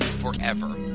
forever